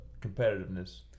competitiveness